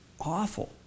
awful